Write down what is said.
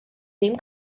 ddim